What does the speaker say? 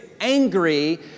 angry